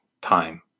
time